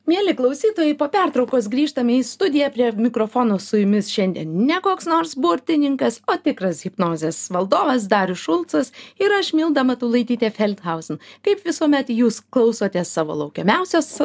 mieli klausytojai po pertraukos grįžtame į studiją prie mikrofono su jumis šiandien ne koks nors burtininkas o tikras hipnozės valdovas darius šulcas ir aš milda matulaitytė feldhausen kaip visuomet jūs klausotės savo laukiamiausios